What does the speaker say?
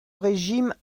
régime